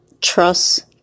trust